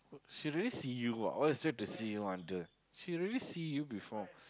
she really see you ah what is there to see you under she already see you before